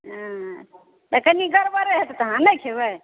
हँ तऽ कनि गड़बड़ हेतै तऽ अहाँ नहि खेबै